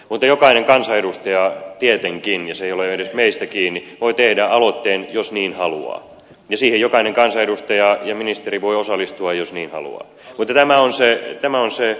mutta jokainen kansanedustaja tietenkin ja se ei ole edes meistä kiinni voi tehdä aloitteen jos niin haluaa ja siihen jokainen kansanedustaja ja ministeri voi osallistua jos niin haluaa nyt elämä on se että tämä on se e